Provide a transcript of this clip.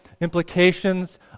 implications